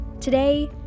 Today